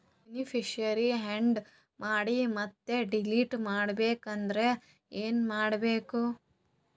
Beneficiary, add ಮಾಡಿ ಮತ್ತೆ delete ಮಾಡಬೇಕೆಂದರೆ ಏನ್ ಮಾಡಬೇಕು?